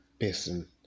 person